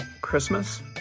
Christmas